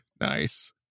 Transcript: Nice